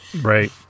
Right